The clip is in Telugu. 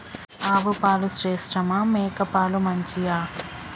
ఆవు పాలు శ్రేష్టమా మేక పాలు మంచియా?